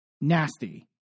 nasty